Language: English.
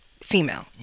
female